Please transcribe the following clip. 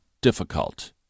difficult